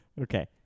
Okay